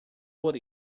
por